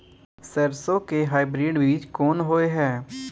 सरसो के हाइब्रिड बीज कोन होय है?